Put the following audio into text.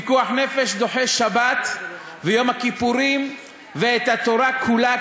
פיקוח נפש דוחה את השבת ואת יום הכיפורים ואת התורה כולה,